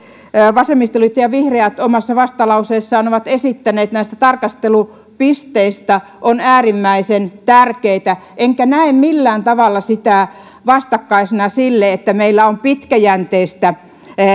vasemmistoliitto ja vihreät omassa vastalauseessaan ovat esittäneet näistä tarkastelupisteistä ovat äärimmäisen tärkeitä enkä näe niitä millään tavalla vastakkaisena sille että meillä on pitkäjänteistä